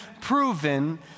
proven